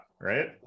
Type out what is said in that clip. Right